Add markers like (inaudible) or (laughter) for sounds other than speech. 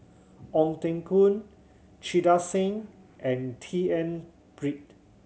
Ong Teng Koon (unintelligible) Singh and T N Pritt